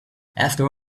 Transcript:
after